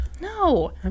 No